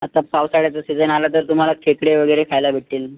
आता पावसाळ्याचा सिजन आला तर तुम्हाला खेकडे वगैरे खायला भेटतील